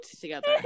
together